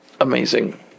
amazing